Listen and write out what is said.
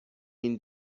این